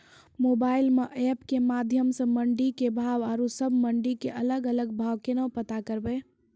Mobile म app के माध्यम सऽ मंडी के भाव औरो सब मंडी के अलग अलग भाव केना पता करबै?